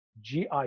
GI